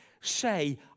say